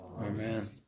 Amen